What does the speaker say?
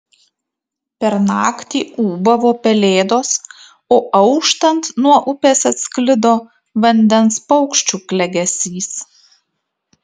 per naktį ūbavo pelėdos o auštant nuo upės atsklido vandens paukščių klegesys